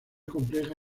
compleja